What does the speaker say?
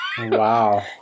Wow